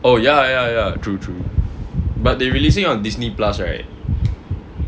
oh ya ya ya true true but they releasing on Disney plus right